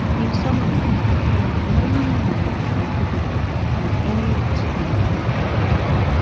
in summary i found no new knowledge contributed in any of the seventy two patents.